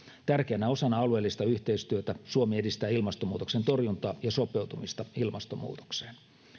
tärkeänä osana alueellista yhteistyötä suomi edistää ilmastonmuutoksen torjuntaa ja sopeutumista ilmastonmuutokseen